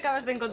yeah husband but